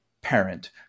parent